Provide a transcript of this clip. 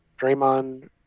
Draymond